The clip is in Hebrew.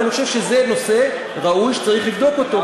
ואני חושב שזה נושא ראוי שצריך לבדוק אותו.